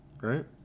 right